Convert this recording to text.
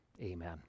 Amen